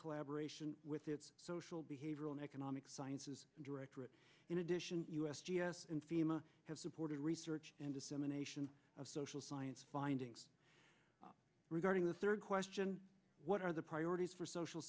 collaboration with its social behavior and economic sciences directorate in addition u s g s and fema have supported research and dissemination of social science findings regarding the third question what are the priorities for social